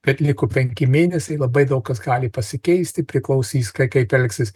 bet liko penki mėnesiai labai daug kas gali pasikeisti priklausys kaip elgsis